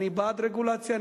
אני בעד רגולציה,